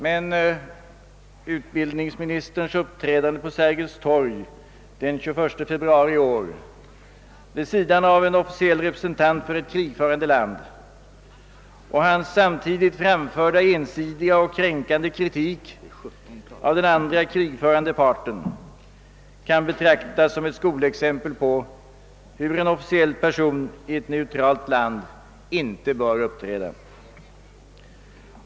Men utbildningsministerns uppträdande på Sergels torg den 21 februari i år vid sidan av en officiell representant för ett krigförande land och hans samtidigt framförda ensidiga och kränkande kritik av den andra krigförande parten kan betraktas som ett skolexempel på hur en officiell person i ett neutralt land inte bör uppträda.